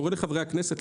קורא לחברי הכנסת,